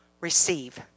receive